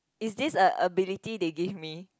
is this a ability they give me